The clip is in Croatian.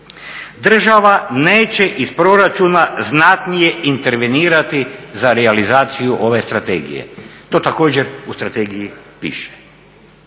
Država neće iz proračuna znatnije intervenirati za realizaciju ove strategije, to također u strategiji piše.